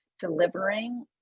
delivering